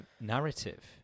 narrative